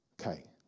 Okay